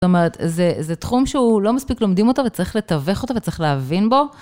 זאת אומרת, זה תחום שהוא לא מספיק לומדים אותו וצריך לתווך אותו וצריך להבין בו.